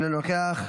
אינו נוכח,